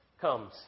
comes